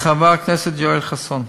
לחבר הכנסת יואל חסון,